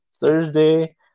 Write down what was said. Thursday